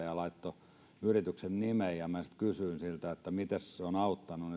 ja laittoi yrityksen nimen ja minä sitten kysyin siltä mites ne ovat auttaneet